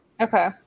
okay